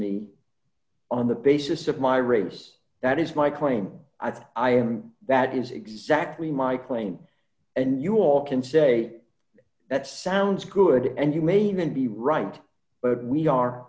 me on the basis of my race that is my claim i thought i am that is exactly my claim and you will can say that sounds good and you may even be right but we are